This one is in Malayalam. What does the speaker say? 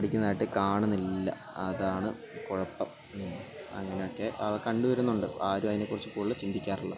പഠിക്കുന്നതായിട്ട് കാണുന്നില്ല അതാണ് കുഴപ്പം ഉം അങ്ങനെ ഒക്കെ കണ്ടു വരുന്നുണ്ട് ആരും അതിനെക്കുറിച്ച് കൂടുതൽ ചിന്തിക്കാറില്ല